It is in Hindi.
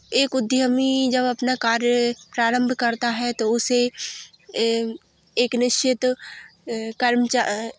एक उद्यमी जब अपना कार्य प्रारंभ करता है तो उसे एक निश्चित कर्मचा